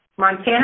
Montana